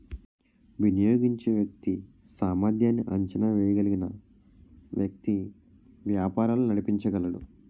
వినియోగించే వ్యక్తి సామర్ధ్యాన్ని అంచనా వేయగలిగిన వ్యక్తి వ్యాపారాలు నడిపించగలడు